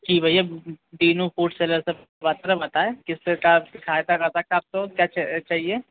जी भैया Dinu food seller से बात हो रहा है बताएं किस प्रकार से आपकी सहायता कर सकता आपको क्या चाहिए